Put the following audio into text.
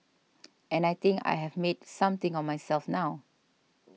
and I think I have made something of myself now